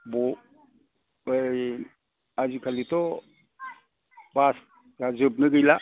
बै आजिखालिथ' बासआ जोबनो गैला